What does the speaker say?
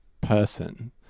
person